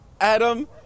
Adam